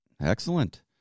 Excellent